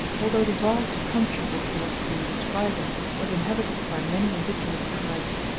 although the vast country which we have been describing was inhabited by many indigenous tribes,